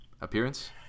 appearance